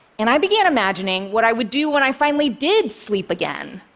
and i began imagining what i would do when i finally did sleep again.